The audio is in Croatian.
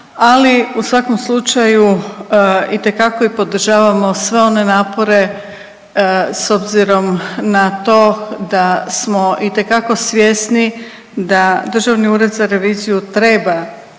ali u svakom slučaju itekako podržavamo i sve one napore s obzirom na to da smo itekako svjesni da Državni ured za reviziju treba